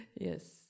yes